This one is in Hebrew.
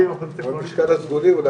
ההצעה אושרה.